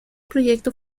proyecto